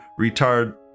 retard